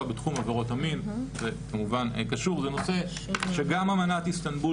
בתחום עבירות המין זה כמובן קשור לנושא שגם אמנת איסטנבול